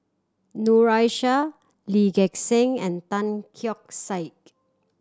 Noor Aishah Lee Gek Seng and Tan Keong Saik